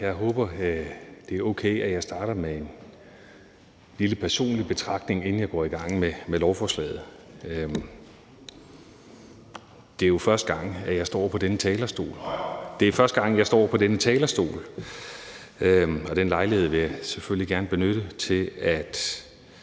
jeg håber, det er okay, at jeg starter med en lille personlig betragtning, inden jeg går i gang med lovforslaget. Det er jo første gang, jeg står på denne talerstol, og den lejlighed vil jeg selvfølgelig gerne benytte til at